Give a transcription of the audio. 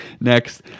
Next